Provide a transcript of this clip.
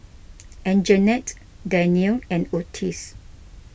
Anjanette Dannielle and Otis